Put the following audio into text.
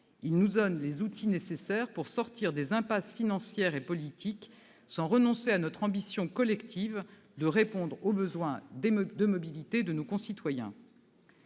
Il nous donne les outils nécessaires pour sortir des impasses financières et politiques sans renoncer à notre ambition collective de répondre aux besoins de mobilité de nos concitoyens.